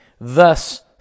Thus